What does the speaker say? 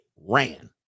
ran